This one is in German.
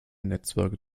netzwerke